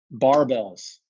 barbells